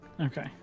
Okay